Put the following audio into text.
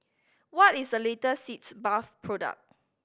what is the latest Sitz Bath product